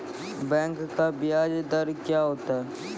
Bank का ब्याज दर क्या होता हैं?